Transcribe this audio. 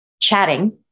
chatting